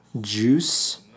juice